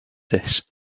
this